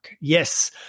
Yes